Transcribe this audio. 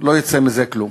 שלא יצא מזה כלום.